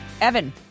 Evan